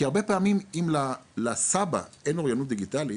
כי הרבה פעמים אם לסבא אין אוריינות דיגיטלית,